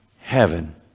heaven